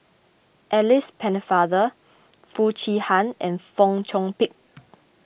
Alice Pennefather Foo Chee Han and Fong Chong Pik